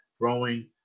Growing